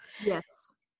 Yes